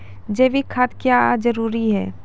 जैविक खाद क्यो जरूरी हैं?